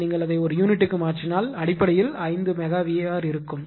எனவே நீங்கள் அதை ஒரு யூனிட்டுக்கு மாற்றினால் அடிப்படையில் 5 மெகா VAr இருக்கும்